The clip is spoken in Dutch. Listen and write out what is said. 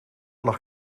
lag